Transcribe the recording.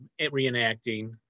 reenacting